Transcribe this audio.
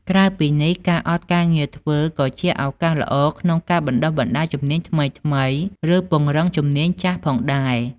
ក្រៅពីនេះ ការអត់ការងារធ្វើក៏ជាឱកាសល្អក្នុងការបណ្តុះបណ្តាលជំនាញថ្មីៗ ឬពង្រឹងជំនាញចាស់ផងដែរ។